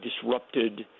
disrupted